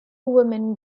women